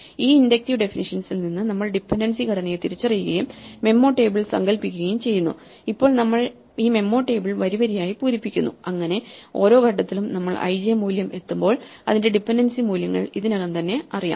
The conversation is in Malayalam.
ആ ഇൻഡക്റ്റീവ് ഡെഫിനിഷ്യൻസിൽ നിന്ന് നമ്മൾ ഡിപൻഡൻസി ഘടനയെ തിരിച്ചറിയുകയും മെമ്മോ ടേബിൾ സങ്കൽപ്പിക്കുകയും ചെയ്യുന്നു ഇപ്പോൾ നമ്മൾ ഈ മെമ്മോ ടേബിൾ വരിവരിയായി പൂരിപ്പിക്കുന്നു അങ്ങനെ ഓരോ ഘട്ടത്തിലും നമ്മൾ i j മൂല്യം എത്തുമ്പോൾ അതിന്റെ ഡിപെൻഡൻസി മൂല്യങ്ങൾ ഇതിനകം തന്നെ അറിയാം